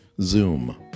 Zoom